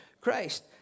Christ